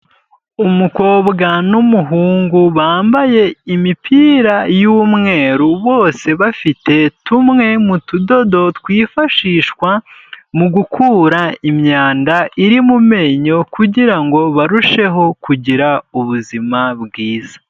Umukobwa n'umuhungu bambaye imipira y'umweru, bose bafite tumwe mu tudodo twifashishwa mu gukura imyanda iri mu menyo kugira ngo barusheho kugira ubuzima bwiza.